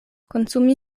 konsumi